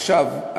עכשיו,